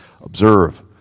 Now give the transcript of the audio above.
observe